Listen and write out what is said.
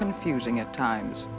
confusing at times